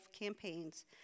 campaigns